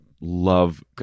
love